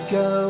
go